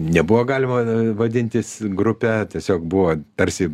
nebuvo galima vadintis grupe tiesiog buvo tarsi